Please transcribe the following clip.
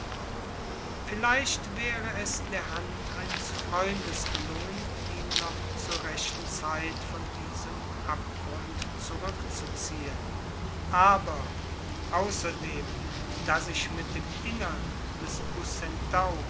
vielleicht wäre es der hand eines freundes gelungen ihn noch zur rechten zeit von diesem abgrund zurückzuziehen aber außerdem daß ich mit dem innern des